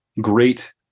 great